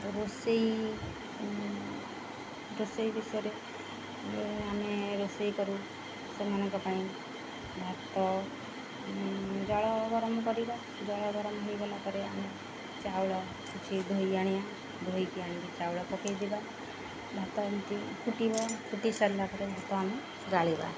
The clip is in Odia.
ରୋଷେଇ ରୋଷେଇ ବିଷୟରେ ଆମେ ରୋଷେଇ କରୁ ସେମାନଙ୍କ ପାଇଁ ଭାତ ଜଳ ଗରମ କରିବା ଜଳ ଗରମ ହେଇଗଲା ପରେ ଆମେ ଚାଉଳ କିଛି ଧୋଇ ଆଣିବା ଧୋଇକି ଆଣିକି ଚାଉଳ ପକାଇ ଦେବା ଭାତ ଏମିତି ଫୁଟିବ ଫୁଟି ସାରିଲା ପରେ ଭାତ ଆମେ ଗାଳିବା